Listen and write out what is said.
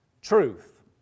truth